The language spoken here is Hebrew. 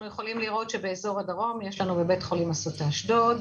יכולים לראות שיש לנו בבית חולים אסותא אשדוד,